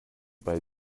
bei